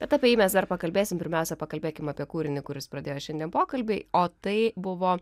bet apie jį mes dar pakalbėsim pirmiausia pakalbėkim apie kūrinį kuris pradėjo šiandien pokalbį o tai buvo